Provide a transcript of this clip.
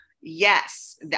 yes